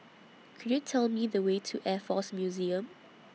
Could YOU Tell Me The Way to Air Force Museum